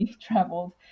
traveled